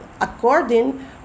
according